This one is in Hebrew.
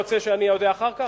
אתה רוצה שאני אודה אחר כך?